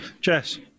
Jess